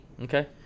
Okay